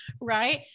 right